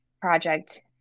project